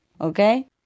Okay